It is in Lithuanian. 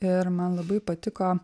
ir man labai patiko